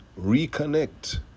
reconnect